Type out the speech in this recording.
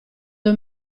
due